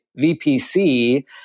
VPC